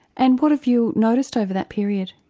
and what have you noticed over that period?